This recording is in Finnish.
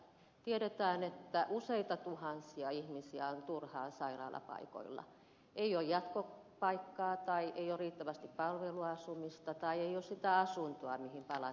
tiedetään että useita tuhansia ihmisiä on turhaan sairaalapaikoilla kun ei ole jatkopaikkaa tai ei ole riittävästi palveluasumista tai ei ole sitä asuntoa mihin palataan sairaalasta